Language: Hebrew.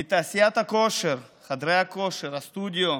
מתעשיית הכושר, חדרי הכושר, הסטודיו,